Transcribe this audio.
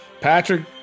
Patrick